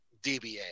DBA